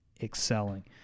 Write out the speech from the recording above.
excelling